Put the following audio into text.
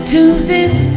Tuesdays